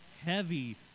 heavy